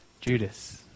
Judas